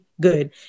good